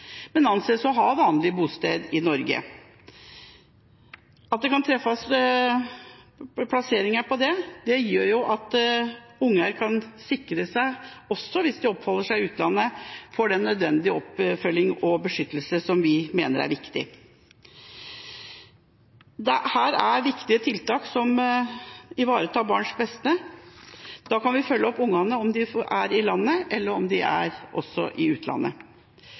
men anses å ha vanlig bosted i Norge. At det kan treffes vedtak om plassering, gjør at barn kan sikres også hvis de oppholder seg i utlandet, og at de får den nødvendige oppfølging og beskyttelse som vi mener er viktig. Dette er viktige tiltak som ivaretar barns beste. Da kan vi følge opp barna om de er i landet, eller også om de er i utlandet.